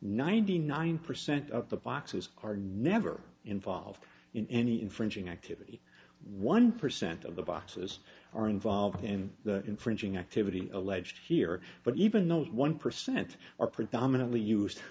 ninety nine percent of the boxes are never involved in any infringing activity one percent of the boxes are involved in the infringing activity alleged here but even though one percent are predominantly used